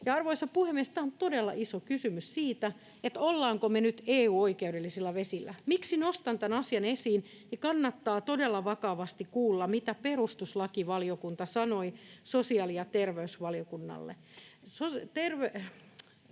arvoisa puhemies, tämä on todella iso kysymys siitä, ollaanko me nyt EU-oikeudellisilla vesillä. Miksi nostan tämän asian esiin — kannattaa todella vakavasti kuulla, mitä perustuslakivaliokunta sanoi sosiaali- ja terveysvaliokunnalle. Sosiaali...